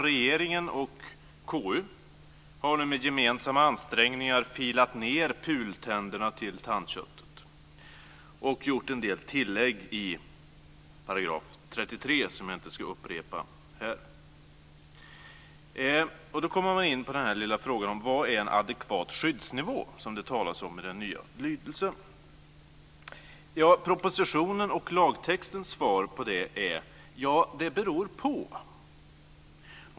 Regeringen och KU har med gemensamma ansträngningar filat ned PUL-tänderna till tandköttet och gjort en del tillägg i § 33 som jag inte ska upprepa här. Då kommer man in på den lilla frågan vad som är en adekvat skyddsnivå, som det talas om i den nya lydelsen. Ja, propositionens och lagtextens svar på det är att det beror på.